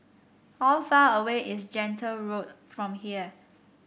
how far away is Gentle Road from here